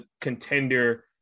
contender